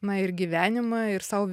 na ir gyvenimą ir sau